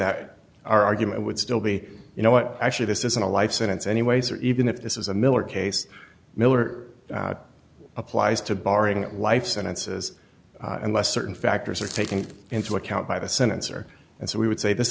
that argument would still be you know what actually this isn't a life sentence anyways or even if this is a miller case miller applies to barring life sentences unless certain factors are taken into account by the sentence or and so we would say this